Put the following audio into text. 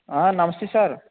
నమస్తే సార్